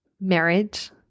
marriage